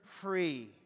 free